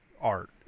art